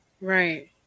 right